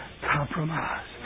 compromise